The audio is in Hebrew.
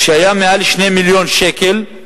שהיה מעל 2 מיליון שקלים,